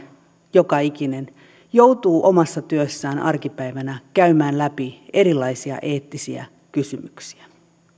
joka ikinen joutuu omassa työssään arkipäivänä käymään läpi erilaisia eettisiä kysymyksiä